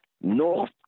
north